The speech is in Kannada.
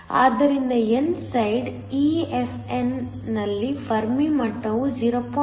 ಆದ್ದರಿಂದ n ಸೈಡ್ EFn ನಲ್ಲಿ ಫರ್ಮಿ ಮಟ್ಟವು 0